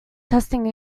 testing